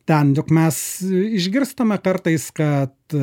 ten juk mes išgirstame kartais kad